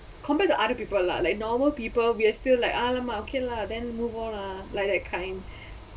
compared to other people lah like normal people we are still like !alamak! okay lah then move on lah like that kind